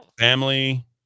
Family